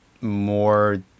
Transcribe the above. more